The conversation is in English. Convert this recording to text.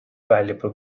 valuable